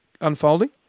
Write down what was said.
unfolding